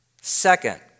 Second